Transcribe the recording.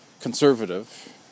Conservative